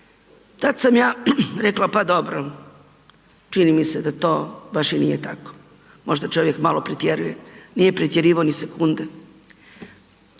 Tad sam ja rekla, pa dobro, čini mi se da to baš i nije tako, možda čovjek malo pretjeruje, nije pretjerivao ni sekunde.